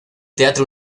teatro